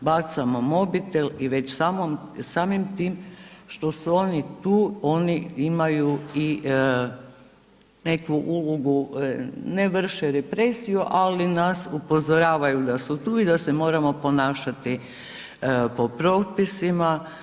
bacamo mobitel i već samim tim što su oni tu oni imaju i neku ulogu ne vrše represiju ali nas upozoravaju da su tu i da se moramo ponašati po propisima.